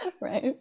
Right